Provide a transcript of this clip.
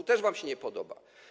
To też wam się nie podoba.